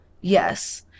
Yes